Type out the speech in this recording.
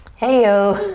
hey-o!